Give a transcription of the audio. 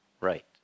right